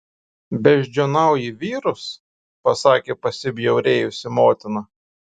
beždžioniauji vyrus pasakė pasibjaurėjusi motina